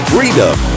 Freedom